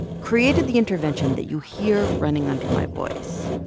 created the intervention that you hear running under my voice.